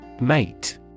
Mate